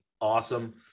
awesome